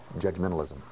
Judgmentalism